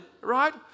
right